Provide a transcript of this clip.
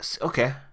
okay